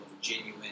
genuine